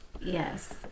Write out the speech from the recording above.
Yes